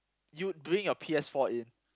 you bring your P_S-four in